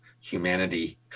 humanity